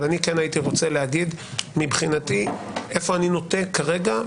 הייתי רוצה להגיד לאיפה אני נוטה כרגע.